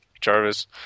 Jarvis